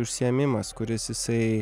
užsiėmimas kuris jisai